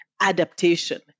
adaptation